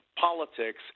politics